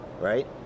right